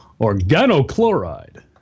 Organochloride